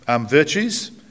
virtues